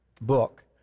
book